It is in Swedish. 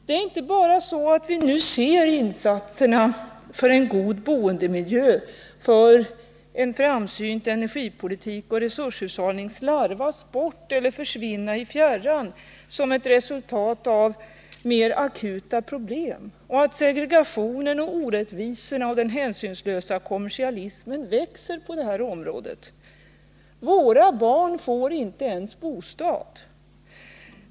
Det är inte bara så, att vi nu ser insatserna för en god boendemiljö, för en framsynt energipolitik och för resurshushållning slarvas bort eller försvinna i fjärran som ett resultat av mera akuta problem och att segregation, orättvisorna och den hänsynslösa kommersialismen växer på det här området. Våra barn får inte ens bostad!